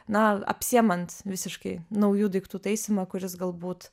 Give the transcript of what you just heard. na apsiimant visiškai naujų daiktų taisymu kuris galbūt